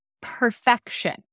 perfection